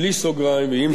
בלי סוגריים ועם סוגריים.